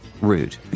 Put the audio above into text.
rude